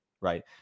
Right